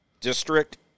district